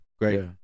great